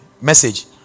Message